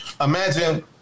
imagine